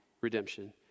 redemption